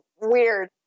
weird